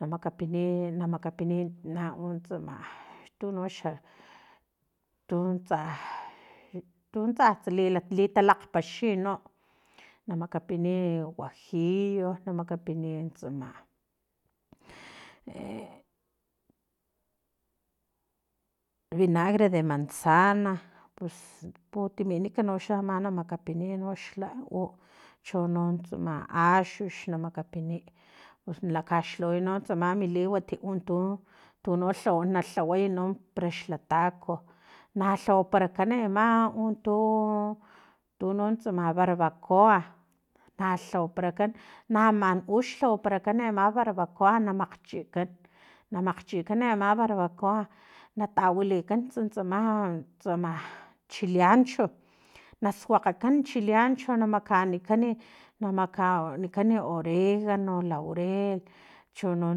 Na makapiniy na makapiniy na u tsama a tuno xa tuntsa tuntsa litalakgpaxi no na makapiniy e huajillo namakapinit tsama e vinagre de manzana pus putiminik noxa namakipiniy xlau chono tsama axux na makapiniy pus nalakaxlhaway no tsama mi liwat un tu nalhawa na lhaway no parax la taco na lhawaparakani ama tu tuno tsama barbacoa na lhawaparakan naman ux lhawaparakan ama barbacoa na makgchikan na makgchikan ama barbacoa natawilikan nuntsa tsama tsama chiliancho nasuakgakan chiliancho cho na makanikan na makaanikan oregano laurel chono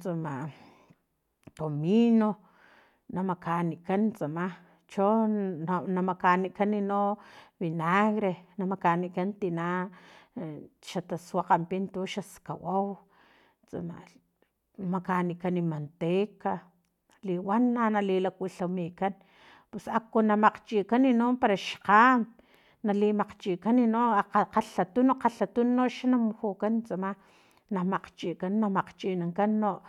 tsama comino na makanikan tsama cho na makanikan no vinagre na makinikan tina e xa tasuakgan pin untu xaskawau tsamali makanikan manteca liwan nanali lakuilhamikan pus akuna makchikan no para xkgam nali makgchikan no akga gkalhatun kgalhatunu no xa mujukan tsama na makgchikan na makgchinankan no